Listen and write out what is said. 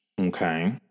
Okay